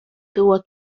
było